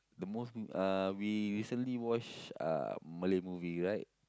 the most uh we recently watched uh Malay movie right